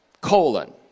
colon